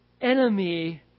enemy